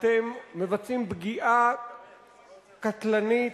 אתם מבצעים פגיעה קטלנית,